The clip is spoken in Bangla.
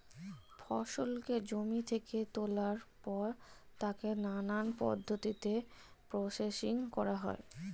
ফসলকে জমি থেকে তোলার পর তাকে নানান পদ্ধতিতে প্রসেসিং করা হয়